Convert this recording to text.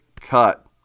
cut